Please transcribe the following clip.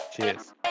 Cheers